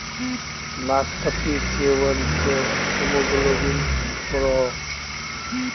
नास्पातिर सेवन से हीमोग्लोबिन बढ़ोह